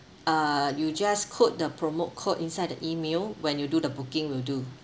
when you do the booking will do